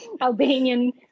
Albanian